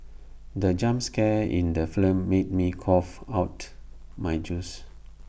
the jump scare in the film made me cough out my juice